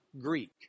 Greek